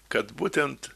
kad būtent